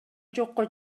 жокко